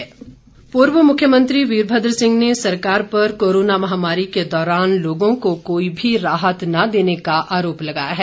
वीरभद्र सिंह पूर्व मुख्यमंत्री वीरभद्र सिंह ने सरकार पर कोरोना महामारी के दौरान लोगों को कोई भी राहत न देने का आरोप लगाया है